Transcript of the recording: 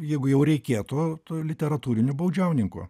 jeigu jau reikėtų tuo literatūriniu baudžiauninku